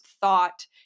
thought